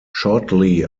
shortly